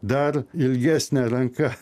dar ilgesnė ranka